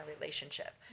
relationship